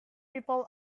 people